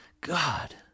God